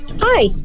Hi